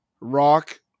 rock